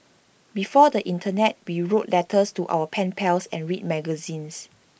before the Internet be wrote letters to our pen pals and read magazines